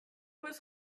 was